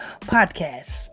podcast